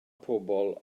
pobl